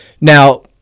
Now